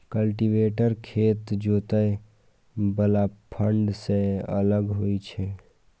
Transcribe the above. cultivator खेत जोतय बला फाड़ सं अलग होइ छै